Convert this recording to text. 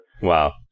Wow